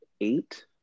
eight